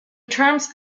terms